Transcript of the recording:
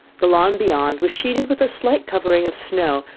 the lawn beyond was sheeted with a slight covering of snow,